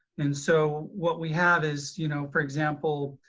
and so what we have is you know for example,